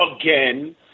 again